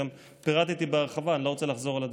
גם פירטתי בהרחבה, ואני לא רוצה לחזור על הדברים.